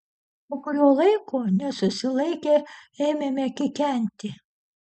po kurio laiko nesusilaikę ėmėme kikenti